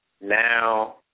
now